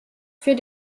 für